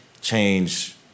change